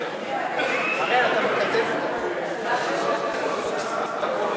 תקציב לא נתקבלו.